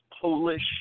Polish